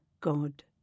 God